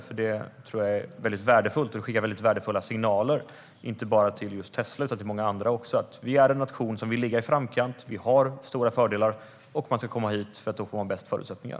Jag tror att det är värdefullt och det skickar väldigt värdefulla signaler, inte bara till Tesla utan också till många andra: Vi är en nation som vill ligga i framkant, vi har stora fördelar, och man ska komma hit, för då får man bäst förutsättningar.